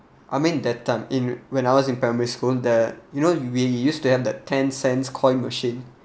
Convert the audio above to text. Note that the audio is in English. I mean that time in when I was in primary school the you know we used to have that ten cents coin machine